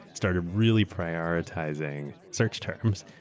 started really prioritizing search terms,